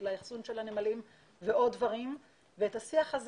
לאחסון של הנמלים ועוד דברים ואת השיח הזה